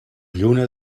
lluna